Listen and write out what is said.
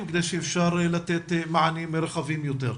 כדי שאפשר יהיה לתת מענים רחבים יותר.